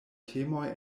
temoj